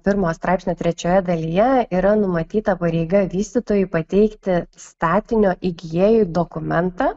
pirmo straipsnio trečiojoje dalyje yra numatyta pareiga vystytojui pateikti statinio įgijėjui dokumentą